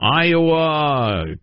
Iowa